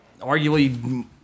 arguably